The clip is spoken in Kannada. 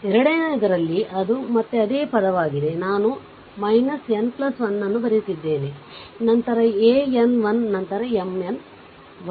ಎರಡನೆಯದರಲ್ಲಿ ಅದು ಮತ್ತೆ ಅದೇ ಪದವಾಗಿದೆ ನಾನು n1 ಅನ್ನು ಬರೆಯುತ್ತಿದ್ದೇನೆ ನಂತರ an 1 ನಂತರ M n 1